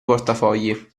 portafogli